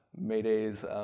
Mayday's